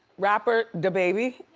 rapper dababy.